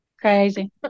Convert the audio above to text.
Crazy